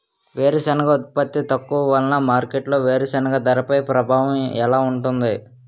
వేరుసెనగ ఉత్పత్తి తక్కువ వలన మార్కెట్లో వేరుసెనగ ధరపై ప్రభావం ఎలా ఉంటుంది?